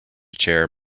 chair